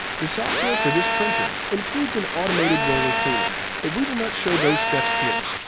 the software for this printer includes an automated roller cleaner, but we will not show those steps here.